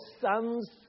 sons